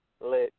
let